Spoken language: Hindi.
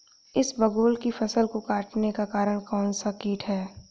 इसबगोल की फसल के कटने का कारण कौनसा कीट है?